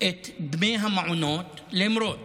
את דמי המעונות למרות